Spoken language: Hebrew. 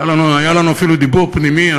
היה לנו אפילו דיבור פנימי,